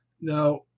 Now